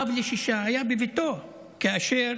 אב לשישה, היה בביתו כאשר